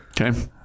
Okay